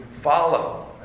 follow